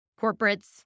Corporates